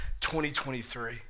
2023